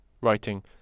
Writing